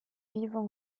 vivent